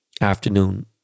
afternoon